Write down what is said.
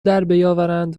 دربیاورند